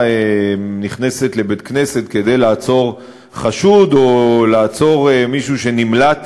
נכנסת לבית-כנסת כדי לעצור חשוד או לעצור מישהו שנמלט